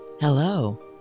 Hello